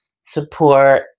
support